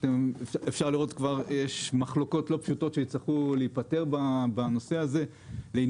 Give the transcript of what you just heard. יש מחלוקות לא פשוטות שיצטרכו להיפתר בנושא הזה של התמ"א.